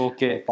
Okay